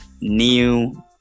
new